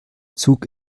zug